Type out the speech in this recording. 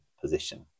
position